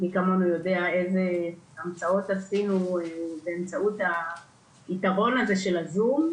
מי כמוני יועדת איזה המצאות עשינו באמצעות הייתרון הזה של הזום,